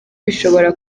bishobora